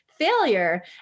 failure